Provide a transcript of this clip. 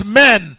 men